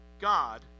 God